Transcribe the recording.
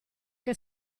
che